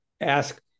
ask